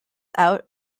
out